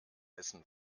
essen